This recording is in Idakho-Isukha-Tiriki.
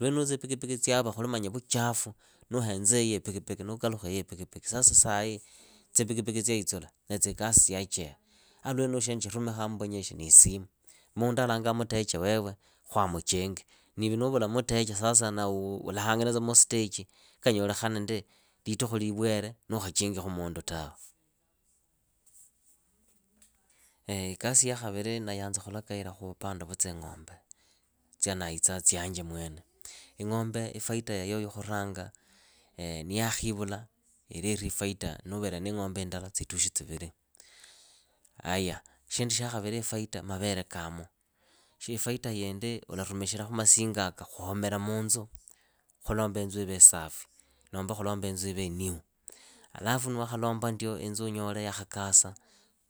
Lwenulu tsipikipiki tsyava khuli vuchafu, nuhenzaiyi ipikipiki sasa sai tsipikipiki tsyaitsula na ikasi yacheha. A lwenulu shindu shirumikhaa mbunyikhi ni isimu. Mundu alanga mutecha wewe khwuamuchinge. Niiwe nuuvula mutache sasa ulahangilasta muusteji a kanyolekhane ndi litukhu liwele nuukhachingikhu mundu tawe. Ikasi ya khaviri ndayanza khulakaila khu vupande vya tsing'ombe tsia ndaitsaa tsianje mwene. Ing'ombe ifaita ya yo ya khuranga. niyaakhivula ileri ifaita nuuvele na ing'ombe indala tsitukhi tsivili. Haya. shindu shya khaviri ifaita mbele kalimu, ifaita indi ularumikhilakhu masingoaka khuhomela munzu. khulomba inzu ive isafi. inzu ive inihu. Alafu niwakhalomba ndio inzu niyaakhakasa